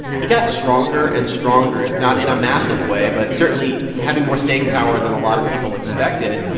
he got stronger and stronger, if not in a massive way but certainly having more staying power than a lot of people expected.